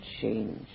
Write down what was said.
change